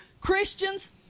Christians